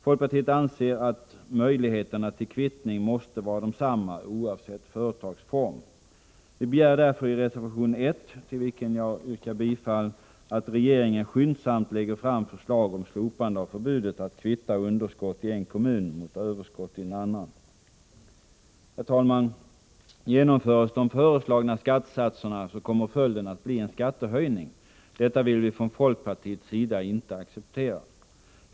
Folkpartiet anser att möjligheterna till kvittning måste vara desamma oavsett företagsform. Vi begär därför i reservation 1 -— till vilken jag yrkar bifall — att regeringen skyndsamt lägger fram förslag om slopande av förbudet att kvitta underskott i en kommun mot överskott i en annan. Herr talman! Genomförs de föreslagna skattesatserna kommer följden att bli en skattehöjning. Detta vill vi från folkpartiets sida inte acceptera.